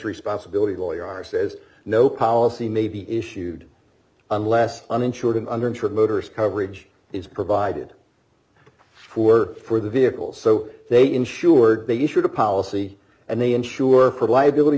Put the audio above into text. responsibility d lawyer says no policy may be issued unless uninsured and under insured motorist coverage is provided for the vehicles so they insured they issued a policy and they insure for liability